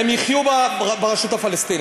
2.5 מיליון, הם יחיו ברשות הפלסטינית.